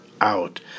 out